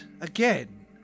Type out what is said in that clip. again